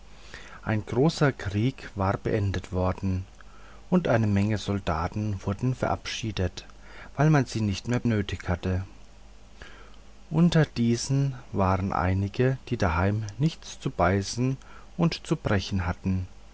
ein großer krieg war beendet worden und eine menge soldaten wurden verabschiedet weil man sie nicht mehr nötig hatte unter diesen waren einige die daheim nichts zu beißen und zu brechen hatten